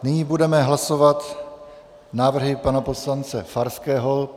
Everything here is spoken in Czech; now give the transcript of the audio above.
Nyní budeme hlasovat návrhy pana poslance Farského.